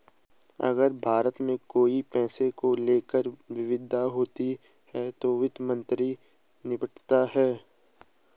अगर भारत में कोई पैसे को लेकर विवाद होता है तो वित्त मंत्रालय निपटाता है